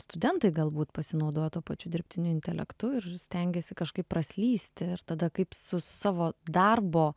studentai galbūt pasinaudoja tuo pačiu dirbtiniu intelektu ir stengiasi kažkaip praslysti ir tada kaip su savo darbo